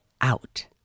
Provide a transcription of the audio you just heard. out